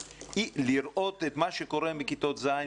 כואב לראות איך החבר'ה של כיתות ז י